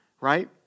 Right